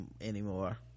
anymore